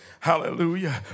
Hallelujah